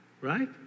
Right